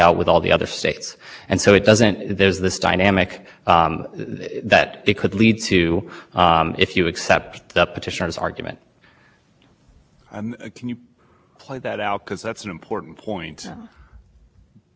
out they say we're going to we're going to sit on our hands we're not going to we're either going to sit on our hands or we're going to make a demonstration to e p a that says medicine illinois air quality problems will be addressed just as well by indiana